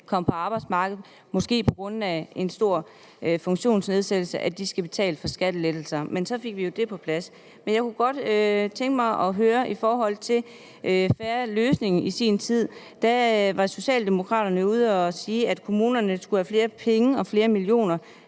komme på arbejdsmarkedet, måske på grund af en stor funktionsnedsættelse, skal betale for skattelettelser. Men så fik vi jo det på plads. I forhold til »Fair Løsning 2020« var Socialdemokraterne i sin tid ude at sige, at kommunerne skulle have flere penge og flere millioner,